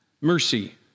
mercy